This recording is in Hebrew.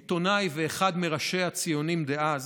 עיתונאי ואחד מראשי הציונים דאז,